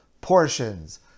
portions